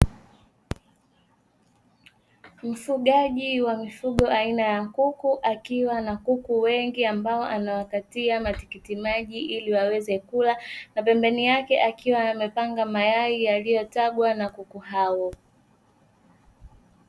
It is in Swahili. Mfugaji wa mifugo aina ya kuku akiwa na kuku wengi, ambao anawakatia matikiti maji ili waweze kula na pembeni yake akiwa amepanga mayai yaliyotagwa na kuku hao.